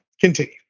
continue